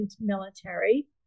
military